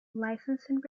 licensing